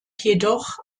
jedoch